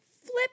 Flip